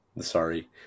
Sorry